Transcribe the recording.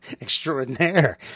Extraordinaire